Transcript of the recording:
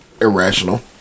irrational